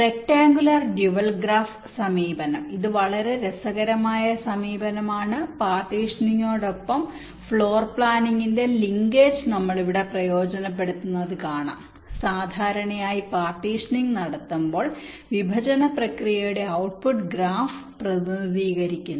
rectangular dual graph സമീപനം ഇത് വളരെ രസകരമായ സമീപനമാണ് പാർട്ടീഷനിംഗിനൊപ്പം ഫ്ലോർ പ്ലാനിംഗിന്റെ ലിങ്കേജ് നമ്മൾ ഇവിടെ പ്രയോജനപ്പെടുത്തുന്നത് കാണാം സാധാരണയായി പാർട്ടീഷനിംഗ് നടത്തുമ്പോൾ വിഭജന പ്രക്രിയയുടെ ഔട്ട്പുട്ട് ഗ്രാഫ് പ്രതിനിധീകരിക്കുന്നു